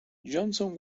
johnson